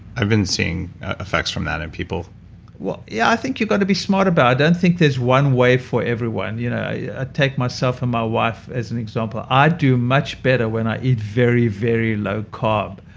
i've been seeing effects from that in people well, yeah, i think you've got to be smart about it. i don't think there's one way for everyone. you know i take myself and my wife as an example. i do much better when i eat very very low carb.